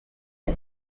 del